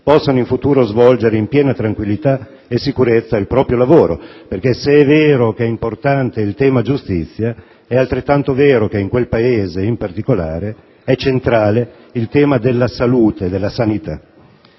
possano in futuro svolgere in piena tranquillità e sicurezza il proprio lavoro, perché se è vero che è importante il tema giustizia, è altrettanto vero che in quel Paese in particolare è centrale il tema della salute e della sanità.